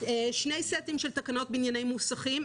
שני סטים של תקנות בענייני מוסכים,